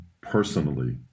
personally